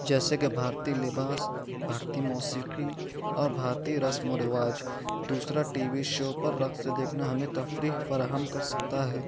جیسے کہ بھارتی لباس بھارتی موسیقی اور بھارتی رسم و رواج دوسرا ٹی وی شو پر رقص دیکھنا ہمیں تفریح فراہم کر سکتا ہے